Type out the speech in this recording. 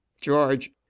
george